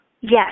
Yes